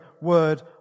word